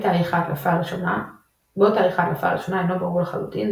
בעוד תאריך ההדלפה הראשונה אינו ברור לחלוטין,